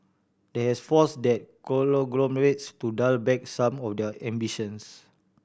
that has force that conglomerates to dial back some of their ambitions